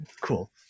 cool